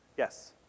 Yes